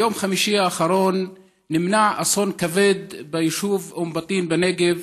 ביום חמישי האחרון נמנע אסון כבד ביישוב אום בטין בנגב.